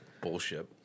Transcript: bullshit